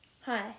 Hi